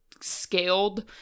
scaled